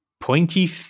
Pointy